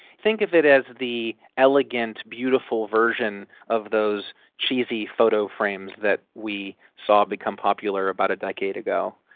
think of it as the elegant, beautiful version of those cheesy photo frames that we saw become popular about a decade ago,